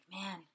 man